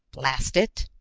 blast it!